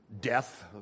death